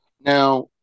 Now